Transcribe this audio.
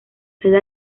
sede